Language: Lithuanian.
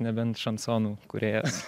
nebent šansonų kūrėjas